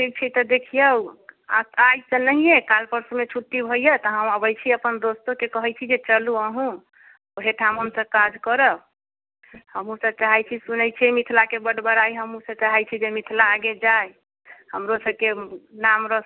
ठीक छै तऽ देखियौ आइ तऽ नहिएँ काल्हि परसूमे छुट्टी होइया तऽ हम अबैत छी अपन दोस्तोके कहैत छी जे चलू अहूँ ओहिठाम हमसब काज करब हमहूँ तऽ चाहैत छी सुनैत छियै मिथलाके बड्ड बड़ाइ हमहूँ चाहैत छी जे मिथला आगे जाय हमरो सबके नाम रौशन